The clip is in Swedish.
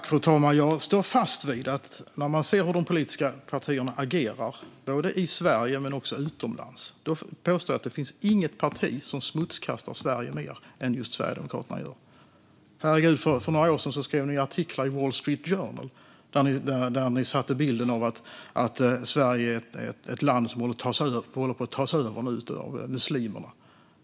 Fru talman! Jag står fast vid att när man ser hur de politiska partierna agerar, både i Sverige och utomlands, finns det inget parti som smutskastar Sverige mer än vad just Sverigedemokraterna gör. För några år sedan skrev ni ju artiklar i The Wall Street Journal, där ni satte bilden av att Sverige är ett land som håller på att tas över av muslimer.